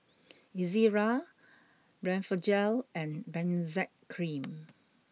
Ezerra Blephagel and Benzac cream